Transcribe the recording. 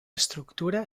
estructura